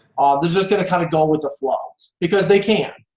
they're just gonna kind of go with the flow because they can.